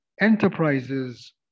enterprises